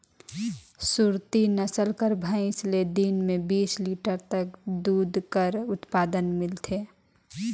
सुरती नसल कर भंइस ले दिन में बीस लीटर तक दूद कर उत्पादन मिलथे